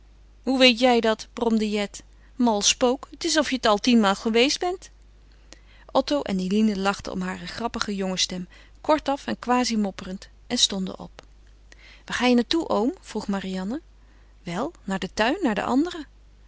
hoe weet jij dat bromde jet mal spook het is of je het al tienmaal geweest bent otto en eline lachten om hare grappige jongensstem kortaf en quasi mopperend en stonden op waar ga je naar toe oom vroeg marianne wel naar den tuin naar de anderen